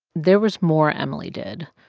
there was more emily did.